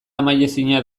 amaiezina